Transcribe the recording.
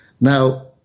Now